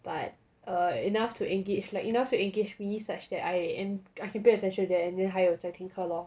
but err enough to engage like enough to engage me such that I am I can pay attention there and then 还有在听课 lor